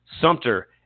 Sumter